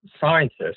scientists